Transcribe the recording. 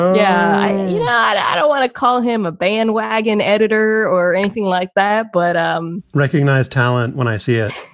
yeah, you're not i don't want to call him a bandwagon editor or anything like that, but um recognize talent when i see it.